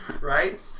Right